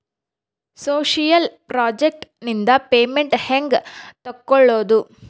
Social project ನಿಂದ payment ಹೆಂಗೆ ತಕ್ಕೊಳ್ಳದು?